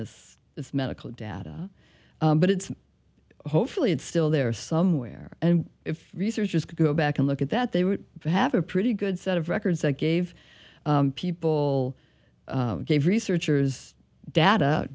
this is medical data but it's hopefully it's still there somewhere and if researchers could go back and look at that they would have a pretty good set of records that gave people gave researchers data